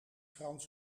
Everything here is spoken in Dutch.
frans